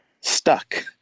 stuck